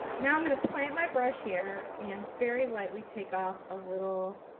now i'm going to plant my brush here and very lightly take off a little.